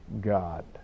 God